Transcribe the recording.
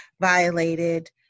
violated